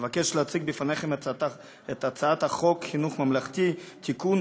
אני מבקש להציג בפניכם את הצעת החוק חינוך ממלכתי (תיקון,